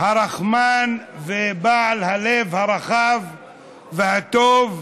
הרחמן ובעל הלב הרחב והטוב,